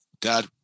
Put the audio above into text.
dad